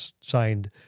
signed